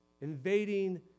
invading